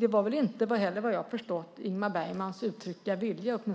Det var väl inte heller, vad jag har förstått, Ingmar Bergmans uttryckliga vilja att det